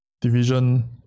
Division